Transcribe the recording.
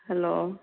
hello